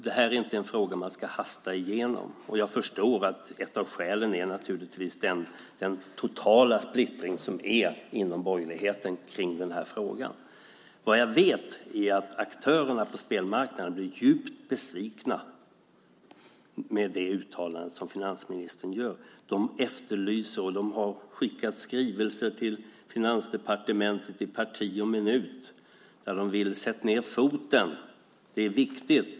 Detta är inte en fråga som man ska hasta igenom. Och jag förstår att ett av skälen naturligtvis är den totala splittring som finns inom borgerligheten i denna fråga. Vad jag vet är att aktörerna på spelmarknaden blir djupt besvikna över det uttalande som finansministern gör. De har skickat skrivelser till Finansdepartementet i parti och minut där de skriver: Sätt ned foten. Det är viktigt.